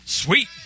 Sweet